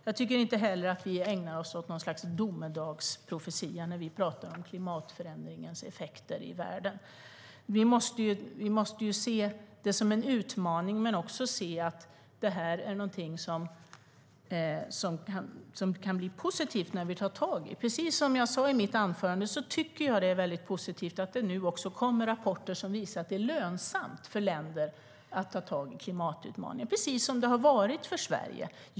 Jag tycker inte heller att vi ägnar oss åt något slags domedagsprofetia när vi pratar om klimatförändringens effekter i världen. Vi måste se det som en utmaning, men vi måste också se att det här är någonting som kan bli positivt när vi tar tag i det. Som jag sa i mitt anförande tycker jag att det är väldigt positivt att det nu kommer rapporter som visar att det är lönsamt för länder att ta tag i klimatutmaningen, precis som det har varit för Sverige.